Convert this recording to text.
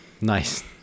Nice